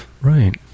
right